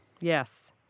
Yes